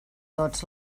tots